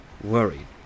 Worried